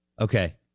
Okay